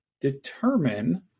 determine